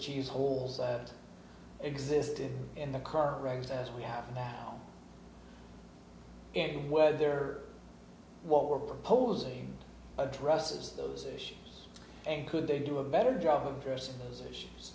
cheese holes that existed in the current regs as we have now and whether what we're proposing addresses those issues and could they do a better job of addressing those issues